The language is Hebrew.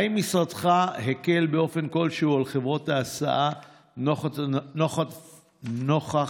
2. האם הקל משרדך באופן כלשהו על חברות ההסעה נוכח הנסיבות?